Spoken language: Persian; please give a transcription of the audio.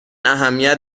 اهمیت